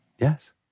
Yes